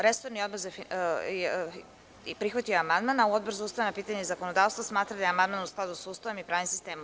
Resorni odbor je prihvatio amandman, a Odbor za ustavna pitanja i zakonodavstvo smatra da je amandman u skladu sa Ustavom i pravnim sistemom.